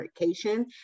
education